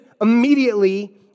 immediately